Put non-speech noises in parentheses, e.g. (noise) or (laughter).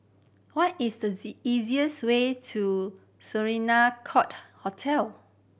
what is the (unintelligible) easiest way to (unintelligible) Court Hotel